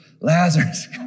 Lazarus